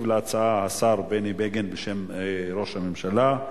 ישיב על ההצעה השר בני בגין, בשם ראש הממשלה.